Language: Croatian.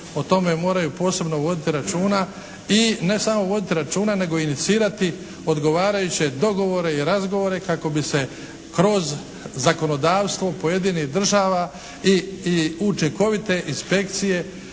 o tome moraju posebno voditi računa. I ne samo voditi računa nego i inicirati odgovarajuće dogovore i razgovore kako bi se kroz zakonodavstvo pojedinih država i učinkovite inspekcije